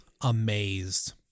amazed